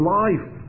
life